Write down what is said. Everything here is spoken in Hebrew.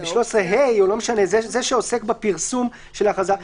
שעוסק בפרסום ההכרזה,